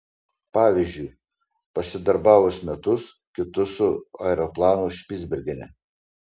pavyzdžiui pasidarbavus metus kitus su aeroplanu špicbergene